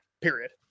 period